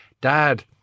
dad